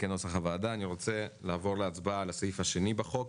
אני רוצה לעבור להצבעה על הסעיף השני בחוק.